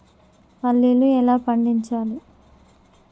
పల్లీలు ఎలా పండించాలి?